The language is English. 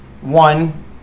One